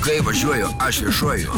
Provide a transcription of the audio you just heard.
kai važiuoju aš viešuoju